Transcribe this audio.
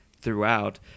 throughout